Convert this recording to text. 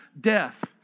death